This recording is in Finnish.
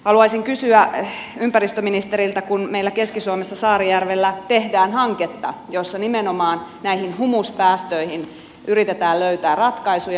haluaisin kysyä ympäristöministeriltä kun meillä keski suomessa saarijärvellä tehdään hanketta jossa nimenomaan näihin humuspäästöihin yritetään löytää ratkaisuja